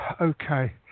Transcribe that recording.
Okay